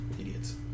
Idiots